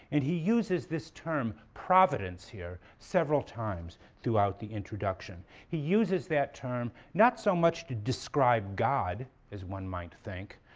and he uses this term providence here several times throughout the introduction. he uses that term not so much to describe god, as one might think,